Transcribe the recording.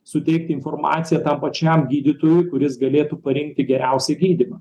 suteikti informaciją tam pačiam gydytojui kuris galėtų parinkti geriausią gydymą